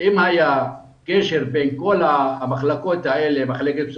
היה צריך להיות קשר בין כל המחלקות פסיכולוגיה,